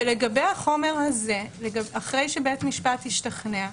לגבי החומר הזה, אחרי שבית המשפט השתכנע,